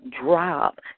drop